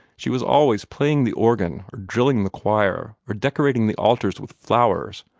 she was always playing the organ, or drilling the choir, or decorating the altars with flowers,